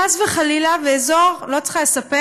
חס וחלילה, באזור, אני לא צריכה לספר,